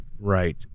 Right